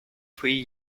three